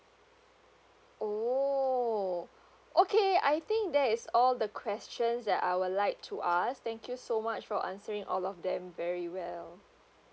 oh okay I think that is all the questions that I would like to ask thank you so much for answering all of them very well